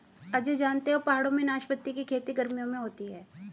अजय जानते हो पहाड़ों में नाशपाती की खेती गर्मियों में होती है